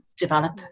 develop